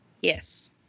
Yes